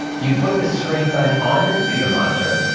you put the screen sign on your computer monitor,